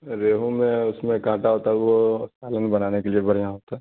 ریہو میں اس میں کانٹا ہوتا ہے وہ سالن بنانے کے لیے بڑھیا ہوتا ہے